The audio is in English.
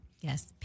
Yes